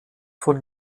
von